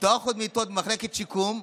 לפתוח עוד מיטות במחלקת שיקום,